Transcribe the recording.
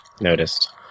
noticed